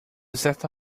certa